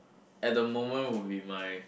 at the moment would be my